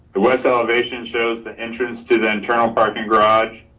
the west elevation shows the entrance to the internal parking garage